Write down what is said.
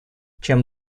чем